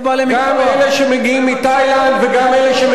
וגם אלה שמגיעים לעבודה בבניין,